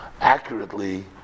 accurately